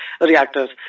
reactors